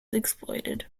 exploited